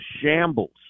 shambles